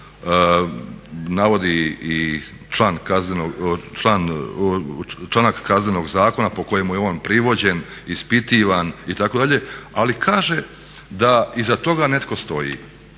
jel' navodi i članak Kaznenog zakona po kojemu je on privođen, ispitivan itd. ali kaže da iza toga netko stoji,